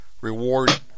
reward